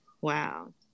wow